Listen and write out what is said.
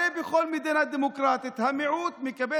הרי בכל מדינה דמוקרטית המיעוט מקבל